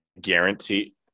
guarantee